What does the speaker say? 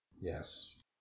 Yes